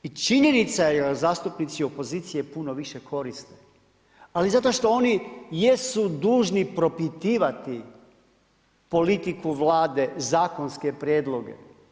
I činjenica je da je zastupnici opozicije puno više koriste, ali zato što oni jesu dužni propitivati politiku Vlade, zakonske prijedloge.